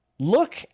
Look